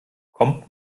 kommt